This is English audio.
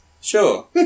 Sure